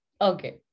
Okay